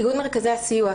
איגוד מרכזי הסיוע,